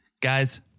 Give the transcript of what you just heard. Guys